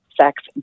sex